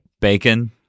bacon